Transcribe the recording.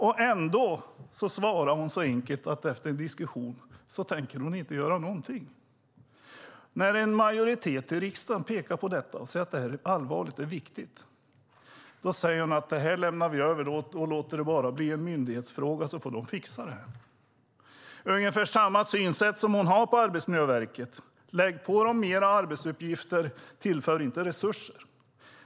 Ändå svarar arbetsmarknadsministern så enkelt att hon efter en diskussion inte tänker göra någonting. En majoritet i riksdagen pekar på detta och säger att det är allvarligt och viktigt. Då säger Hillevi Engström att man lämnar över det och låter det bli en ren myndighetsfråga; de får fixa det. Ungefär samma synsätt har hon på Arbetsmiljöverket: Lägg på dem mer arbetsuppgifter, men tillför inte resurser!